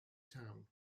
town